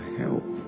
help